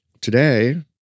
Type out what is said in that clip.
today